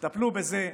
טפלו בזה,